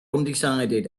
undecided